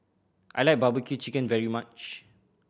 I like barbecue chicken very much